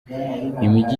imijyi